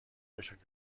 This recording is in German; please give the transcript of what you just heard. löchern